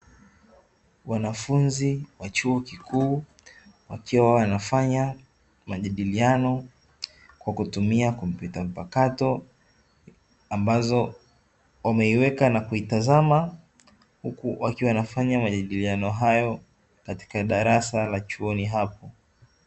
Wanafunzi wa chuo kikuu wakiwa wanafanya majadiliano kwa kutumia kompyuta mpakato, ambazo wameiweka na kuitazama huku wakiwa wanafanya majadiliano hayo katika darasa la chuoni hapo.